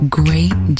great